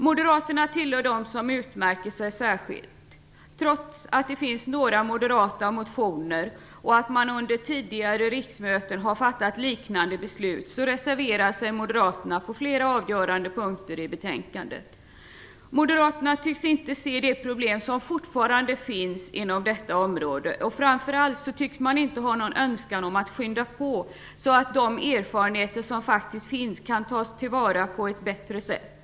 Moderaterna tillhör dem som utmärker sig särskilt. Trots att det finns några moderata motioner och att man under tidigare riksmöten har fattat liknande beslut reserverar sig moderaterna på flera avgörande punkter i betänkandet. Moderaterna tycks inte se de problem som fortfarande finns inom detta område. Framför allt tycks man inte ha någon önskan om att skynda på så att de erfarenheter som faktiskt finns kan tas till vara på ett bättre sätt.